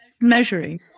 measuring